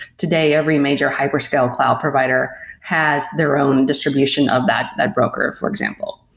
today, every major hyperscale cloud provider has their own distribution of that that broker, for example,